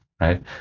right